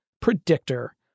predictor